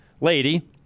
lady